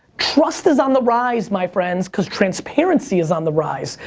trust is on the rise, my friends, cause transparency is on the rise.